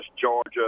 Georgia